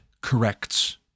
corrects